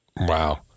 Wow